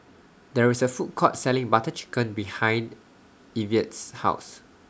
There IS A Food Court Selling Butter Chicken behind Ivette's House